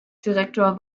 direktor